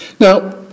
Now